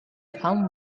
come